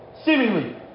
Seemingly